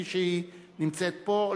שנמצאת פה,